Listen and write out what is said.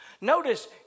Notice